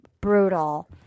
brutal